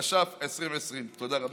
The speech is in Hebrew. התש"ף 2020. תודה רבה.